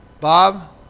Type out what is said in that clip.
Bob